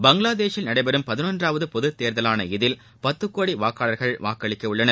பங்களாதேஷில் நடைபெறும் பதினொன்றாவது பொதுத்தேர்தலான இதில் பத்து கோடி வாக்காளர்கள் வாக்களிக்க உள்ளனர்